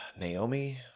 Naomi